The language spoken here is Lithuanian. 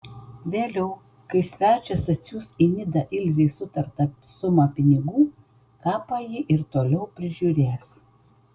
vėliau kai svečias atsiųs į nidą ilzei sutartą sumą pinigų kapą ji ir toliau prižiūrės